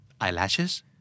Eyelashes